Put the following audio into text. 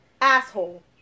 Asshole